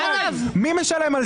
מי משלם על זה?